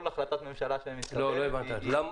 כל החלטת ממשלה שמתקבלת היא --- לא,